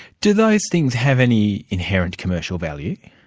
do those things have any inherent commercial value?